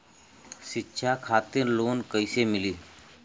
शिक्षा खातिर लोन कैसे मिली?